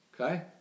okay